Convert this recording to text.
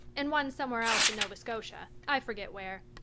and one somewhere else in nova scotia, i forget where.